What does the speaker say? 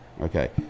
Okay